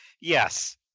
Yes